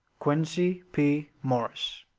quincey p. morris.